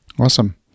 Awesome